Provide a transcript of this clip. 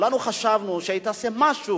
כולנו חשבנו שהיא תעשה משהו